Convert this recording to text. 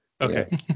okay